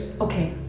Okay